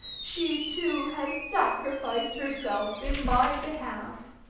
she too has sacrificed herself in my behalf.